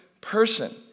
person